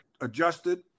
adjusted